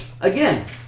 again